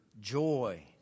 joy